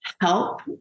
help